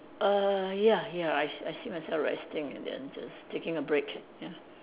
err ya ya I s~ I see myself resting and then just taking a break ya